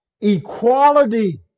equality